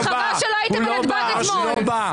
אז חבל שלא היית בנתב"ג אתמול.